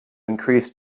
increased